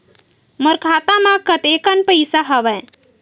मोर खाता म कतेकन पईसा हवय?